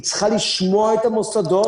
היא צריכה לשמוע את המוסדות,